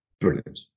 brilliant